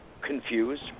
confused